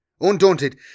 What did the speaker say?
Undaunted